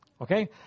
Okay